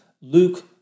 Luke